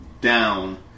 down